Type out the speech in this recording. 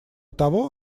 того